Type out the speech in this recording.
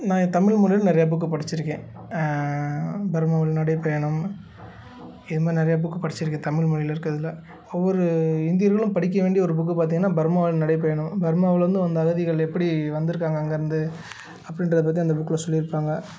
நான் தமிழ் மொழியில நிறையா புக்கு படிச்சுருக்கேன் பர்மாவில் நடைபயணம் இது மாதிரி நிறையா புக்கு படிச்சுருக்கேன் தமிழ் மொழியில் இருக்கிறதுல ஒவ்வொரு இந்தியர்களும் படிக்க வேண்டிய ஒரு புக்கு பார்த்திங்கன்னா பர்மாவில் நடைபயணம் பர்மாவில் இருந்து வந்த அகதிகள் எப்படி வந்துருக்காங்க அங்கேருந்து அப்படின்றத பற்றி அந்த புக்கில் சொல்லியிருப்பாங்க